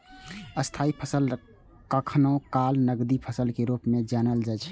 स्थायी फसल कखनो काल नकदी फसल के रूप मे जानल जाइ छै